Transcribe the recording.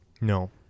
No